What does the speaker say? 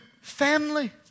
family